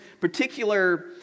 particular